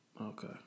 Okay